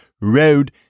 road